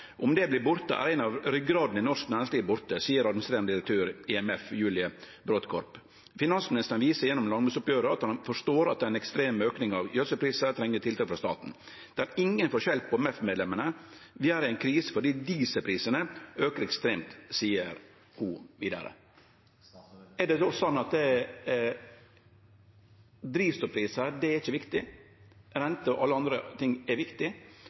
Om det vert borte, er ei av ryggradene i norsk næringsliv borte, seier administrerande direktør i MEF, Julie Brodtkorb. Finansministeren viser gjennom landbruksoppgjeret at han forstår at ein ekstrem auke av gjødselprisar treng tiltak frå staten. Det er ingen forskjell på MEF-medlemmene. Dei er i ei krise fordi dieselprisane aukar ekstremt, seier ho vidare. Er det då sånn at drivstoffprisar ikkje er viktig, rente og alle andre ting er viktig,